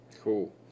Cool